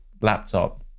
laptop